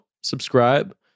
subscribe